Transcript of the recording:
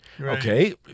Okay